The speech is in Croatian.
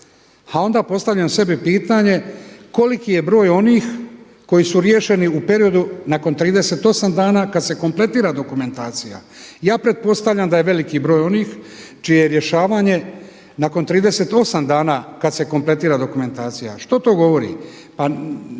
A onda postavljam sebi pitanje koliki je broj onih koji su riješeni u periodu nakon 38 dana kada se kompletira dokumentacija. Ja pretpostavljam da je veliki broj onih čije rješavanje nakon 38 dana kada se kompletira dokumentacija. Što to govori? Pa